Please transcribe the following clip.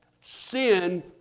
sin